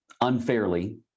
unfairly